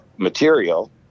material